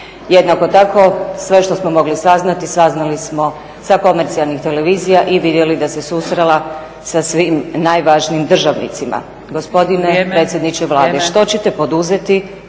Jednako tako sve što smo mogli saznati saznali smo sa komercijalnih televizija i vidjeli da se susrela sa svim najvažnijim državnicima.